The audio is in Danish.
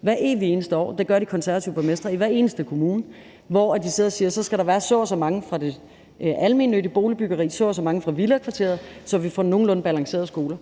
hvert evige eneste år, og det gør de konservative borgmestre i hver eneste kommune. Her sidder de og siger, at der skal være så og så mange fra det almennyttige boligbyggeri og så og så mange fra villakvarteret, så vi får nogenlunde balancerede skoler.